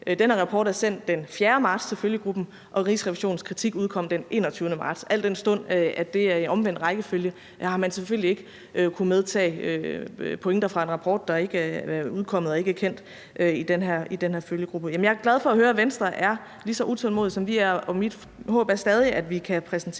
den her rapport er sendt den 4. marts til følgegruppen, og Rigsrevisionens kritik udkom den 21. marts. Al den stund at det er i omvendt rækkefølge, har man selvfølgelig ikke kunnet medtage pointer fra en rapport, der ikke er udkommet og ikke er kendt i den her følgegruppe. Men jeg er glad for at høre, at Venstre er lige så utålmodig, som vi er, og mit håb er stadig, at vi kan præsentere